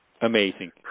Amazing